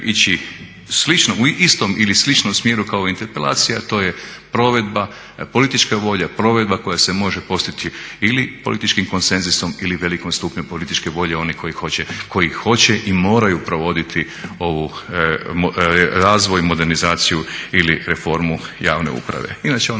u istom ili sličnom smjeru kao interpelacija to je provedba, politička volja, provedba koja se može postići ili političkim konsenzusom ili velikim stupnjem političke volje, oni koji hoće i moraju provoditi razvoj, modernizaciju ili reformu javne uprave inače ona